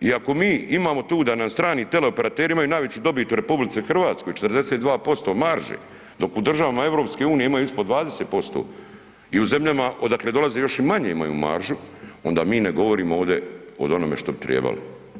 i ako mi imamo tu da nam strani teleoperateri imaju najveću dobit u RH 42% marže, dok u državama EU imaju ispod 20% i u zemljama odakle dolaze još i manje imaju maržu onda mi ne govorimo ovdje o onome što bi trebalo.